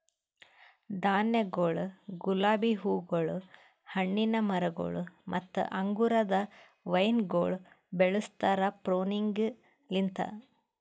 ಧಾನ್ಯಗೊಳ್, ಗುಲಾಬಿ ಹೂಗೊಳ್, ಹಣ್ಣಿನ ಮರಗೊಳ್ ಮತ್ತ ಅಂಗುರದ ವೈನಗೊಳ್ ಬೆಳುಸ್ತಾರ್ ಪ್ರೂನಿಂಗಲಿಂತ್